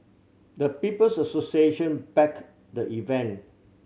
the People's Association backed the event